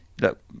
look